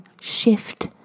shift